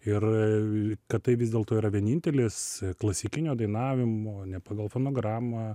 ir kad tai vis dėlto yra vienintelis klasikinio dainavimo ne pagal fonogramą